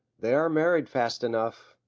they are married fast enough.